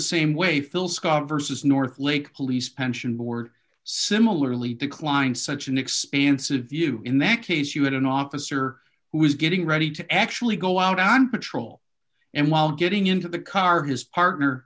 same way phil scott versus north lake police pension board similarly declined such an expansive view in that case you had an officer who was getting ready to actually go out on patrol and while getting into the car his